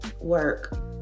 work